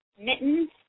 Mittens